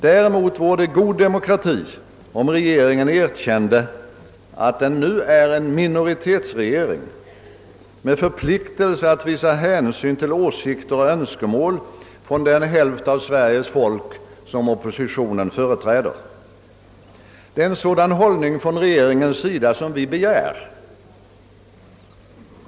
Däremot vore det god demokrati, om regeringen erkände att den nu är en utpräglad minoritetsregering med ökad förpliktelse att visa hänsyn till åsikter och önskemål från den hälft av Sveriges folk som oppositionen företräder. Det är en sådan hållning från regeringens sida vi begär.